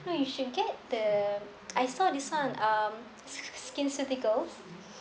no you should get the I saw this one um sk~ skin ceuticals